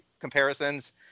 comparisons